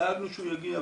דאגנו שהוא יגיע,